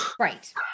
right